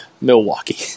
Milwaukee